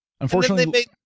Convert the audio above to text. Unfortunately